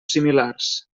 similars